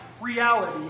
reality